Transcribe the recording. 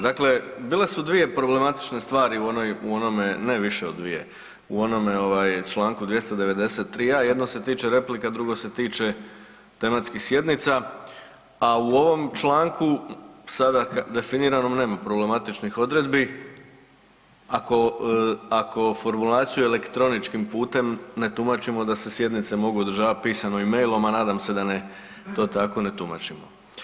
Dakle, bile su dvije problematične stvari u onome, ne više od dvije, u onome čl. 293.a, jedno se tiče replika, drugo se tiče tematskih sjednica, a u ovom članku sada definiranom nema problematičnih odredbi ako formulaciju elektroničkim putem ne tumačimo da se sjednice mogu održavati pisano i mailom, a nadam se da ne to tako ne tumačimo.